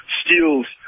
steals